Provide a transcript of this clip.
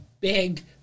Big